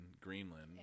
Greenland